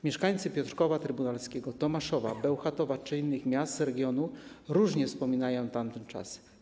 Mieszkańcy Piotrkowa Trybunalskiego, Tomaszowa, Bełchatowa czy innych miast regionu różnie wspominają tamten czas.